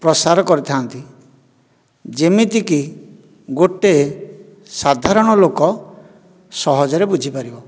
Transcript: ପ୍ରସାର କରିଥାନ୍ତି ଯେମିତିକି ଗୋଟିଏ ସାଧାରଣ ଲୋକ ସହଜରେ ବୁଝିପାରିବ